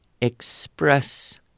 express